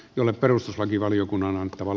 jolle perustuslakivaliokunnan on taval